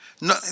No